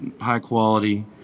high-quality